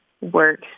work